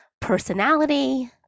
Personality